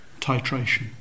titration